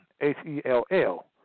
H-E-L-L